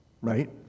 right